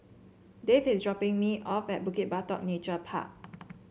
Dave is dropping me off at Bukit Batok Nature Park